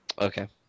Okay